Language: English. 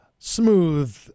Smooth